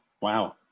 Wow